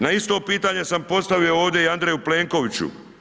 Na isto pitanje sam postavio ovdje i Andreju Plenkoviću.